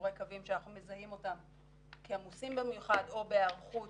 תגבורי קווים שאנחנו מזהים אותם כעמוסים במיוחד או בהיערכות